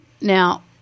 now